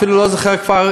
אפילו לא זוכר כבר.